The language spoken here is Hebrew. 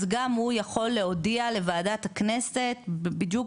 אז גם הוא יכול להודיע לוועדת הכנסת בדיוק